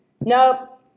nope